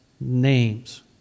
names